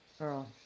Earl